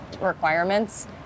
requirements